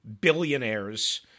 billionaires